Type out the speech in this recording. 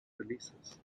releases